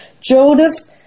Joseph